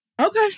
okay